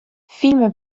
film